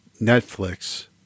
Netflix